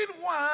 one